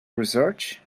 research